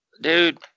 dude